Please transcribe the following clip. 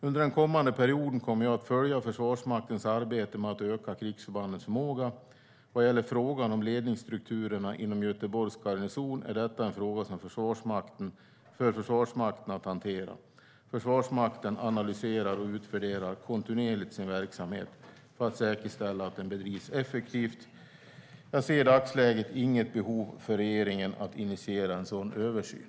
Under den kommande perioden kommer jag att följa Försvarsmaktens arbete med att öka krigsförbandens förmåga. Vad gäller frågan om ledningsstrukturerna inom Göteborgs garnison är detta en fråga för Försvarsmakten att hantera. Försvarsmakten analyserar och utvärderar kontinuerligt sin verksamhet för att säkerställa att den bedrivs effektivt. Jag ser i dagsläget inget behov för regeringen att initiera en sådan översyn.